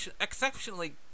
exceptionally